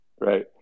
Right